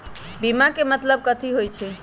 बीमा के मतलब कथी होई छई?